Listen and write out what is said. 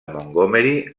montgomery